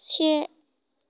से